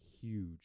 huge